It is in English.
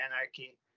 Anarchy